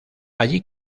allí